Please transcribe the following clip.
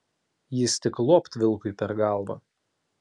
jis tik luopt vilkui per galvą